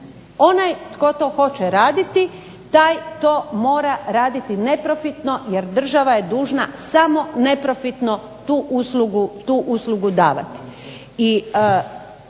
Onaj tko to hoće raditi taj to mora raditi neprofitno jer država je dužna samo neprofitno tu uslugu davati.